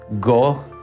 go